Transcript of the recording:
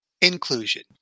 inclusion